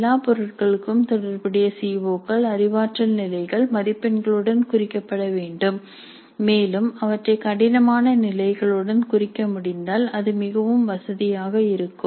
எல்லா பொருட்களும் தொடர்புடைய சிஓக்கள் அறிவாற்றல் நிலைகள் மதிப்பெண்களுடன் குறிக்கப்பட வேண்டும் மேலும் அவற்றை கடினமான நிலைகளுடன் குறிக்க முடிந்தால் அது மிகவும் வசதியாக இருக்கும்